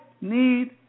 need